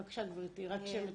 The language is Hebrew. בבקשה, גבירתי, רק שם ותפקיד.